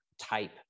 type